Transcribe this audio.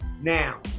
now